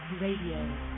Radio